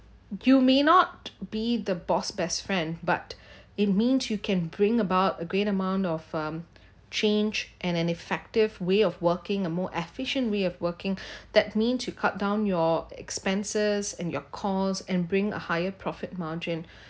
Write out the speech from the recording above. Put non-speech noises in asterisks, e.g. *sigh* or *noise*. you may not be the boss's best friend but it mean you can bring about a great amount of um change and an effective way of working a more efficient way of working *breath* that mean to cut down your expenses and your cost and bring a higher profit margin